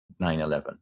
9-11